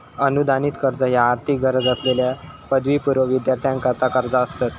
अनुदानित कर्ज ह्या आर्थिक गरज असलेल्यो पदवीपूर्व विद्यार्थ्यांकरता कर्जा असतत